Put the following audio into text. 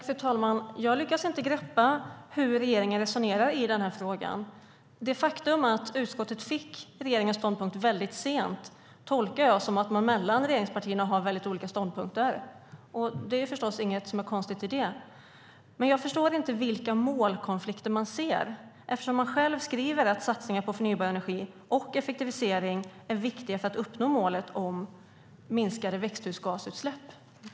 Fru talman! Jag lyckas inte greppa hur regeringen resonerar i den här frågan. Det faktum att utskottet fick regeringens ståndpunkt väldigt sent tolkar jag som att regeringspartierna har olika ståndpunkter, och det är förstås inget konstigt med det. Men jag förstår inte vilka målkonflikter man ser eftersom man skriver att satsningar på förnybar energi och effektivisering är viktiga för att uppnå målet om minskade växthusgasutsläpp.